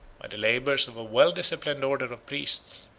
by the labors of a well disciplined order of priests,